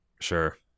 Sure